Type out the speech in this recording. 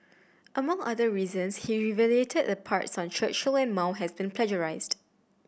among other reasons he the parts on Churchill and Mao has been plagiarised